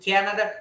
Canada